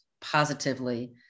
positively